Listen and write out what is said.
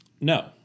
No